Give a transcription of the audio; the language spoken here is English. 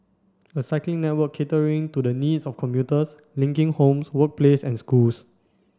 a cycling network catering to the needs of commuters linking homes workplace and schools